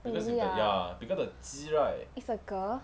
really ah is a girl